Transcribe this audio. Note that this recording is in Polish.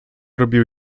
robiły